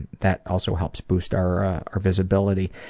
that also helps boost our our visibility.